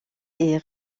est